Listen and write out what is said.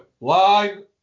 line